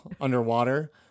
underwater